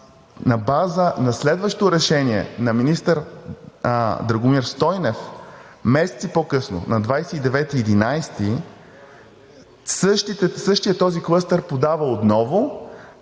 на следващо решение на министър Драгомир Стойнев месеци по-късно – на 29.11., същият този клъстер подава отново,